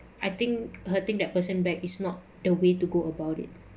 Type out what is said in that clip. I think hurting that person back is not the way to go about it